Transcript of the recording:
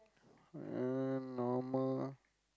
uh normal lah